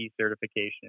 certification